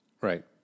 Right